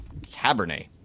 Cabernet